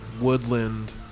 woodland